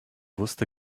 wusste